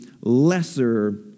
lesser